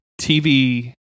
TV